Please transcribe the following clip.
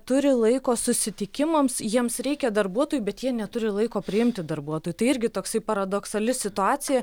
turi laiko susitikimams jiems reikia darbuotojų bet jie neturi laiko priimti darbuotojų tai irgi toksai paradoksali situacija